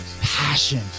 passion